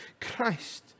Christ